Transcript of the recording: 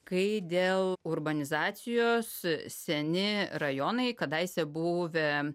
kai dėl urbanizacijos seni rajonai kadaise buvę